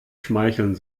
schmeicheln